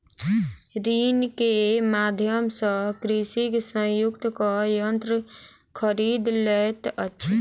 ऋण के माध्यम सॅ कृषक संयुक्तक यन्त्र खरीद लैत अछि